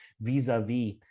vis-a-vis